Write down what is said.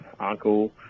uncle